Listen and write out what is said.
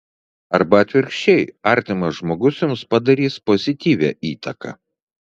arba atvirkščiai artimas žmogus jums padarys pozityvią įtaką